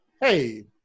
hey